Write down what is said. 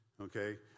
okay